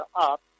up